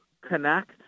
connect